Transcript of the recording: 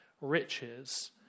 riches